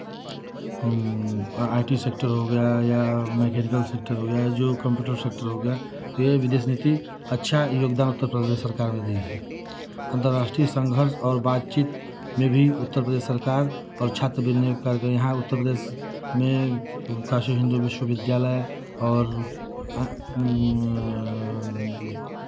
आई T sector हो गया या मकैनिकल सेक्टर हो गया जो कंप्यूटर सेक्टर हो गया विदेश नीति अच्छा योगदान उत्तर प्रदेश सरकार ने दी है अंतर्राष्ट्रीय संघर्ष और बातचीत में भी उत्तर प्रदेश सरकार और छात्र यहाँ उत्तर प्रदेश में काशी हिन्दू विश्व विद्यालय और